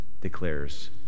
declares